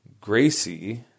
Gracie